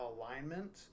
alignment